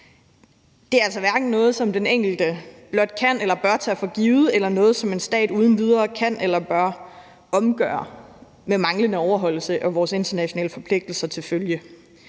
Det er altså hverken noget, som den enkelte blot kan eller bør tage for givet, eller noget, som en stat uden videre kan eller bør omgøre med manglende overholdelse af vores internationale forpligtelser til følge.